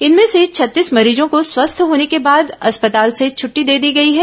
इनमें से छत्तीस मरीजों को स्वस्थ होने के बाद अस्पताल से छटटी दे दी गई है